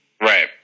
right